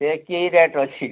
ସେ କି ରେଟ୍ ଅଛି